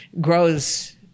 grows